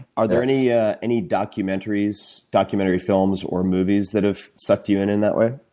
are there any ah any documentary so documentary films or movies that have sucked you in in that way?